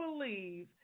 believe